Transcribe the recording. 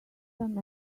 some